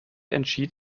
entschied